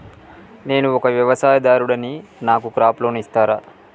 నేను ఒక వ్యవసాయదారుడిని నాకు క్రాప్ లోన్ ఇస్తారా?